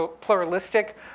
pluralistic